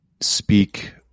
speak